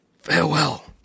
Farewell